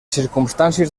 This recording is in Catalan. circumstàncies